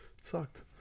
sucked